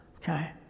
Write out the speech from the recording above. Okay